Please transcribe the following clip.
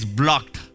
blocked